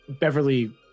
Beverly